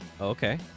Okay